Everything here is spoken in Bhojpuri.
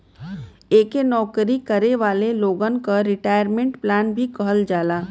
एके नौकरी करे वाले लोगन क रिटायरमेंट प्लान भी कहल जाला